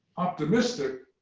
optimistic,